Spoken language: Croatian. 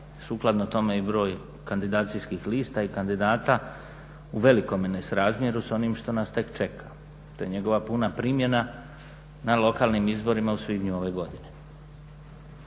sukladno tome i broj kandidacijskih lista i kandidata u velikom nesrazmjeru s onim što nas tek čeka, to je njegova puna primjena na lokalnim izborima u svibnju ove godine.